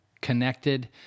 connected